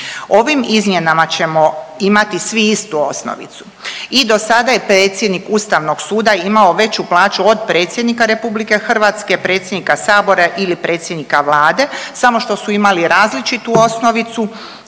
Ovim izmjenama ćemo imati svi istu osnovicu. I do sada je predsjednik Ustavnog suda imao veću plaću od predsjednika Republike Hrvatske, predsjednika Sabora ili predsjednika Vlade samo što su imali različitu osnovicu